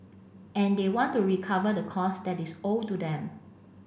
and they want to recover the costs that is owed to them